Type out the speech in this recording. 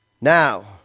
Now